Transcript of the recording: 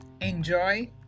Enjoy